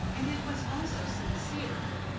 and it was also sincere.